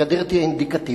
הגדר תהיה אינדיקטיבית,